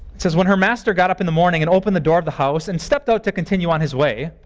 it says, when her master got up in the morning and opened the door of the house and stepped out to continue on his way,